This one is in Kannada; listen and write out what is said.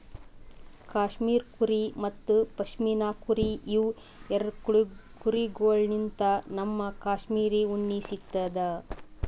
ಕ್ಯಾಶ್ಮೀರ್ ಕುರಿ ಮತ್ತ್ ಪಶ್ಮಿನಾ ಕುರಿ ಇವ್ ಎರಡ ಕುರಿಗೊಳ್ಳಿನ್ತ್ ನಮ್ಗ್ ಕ್ಯಾಶ್ಮೀರ್ ಉಣ್ಣಿ ಸಿಗ್ತದ್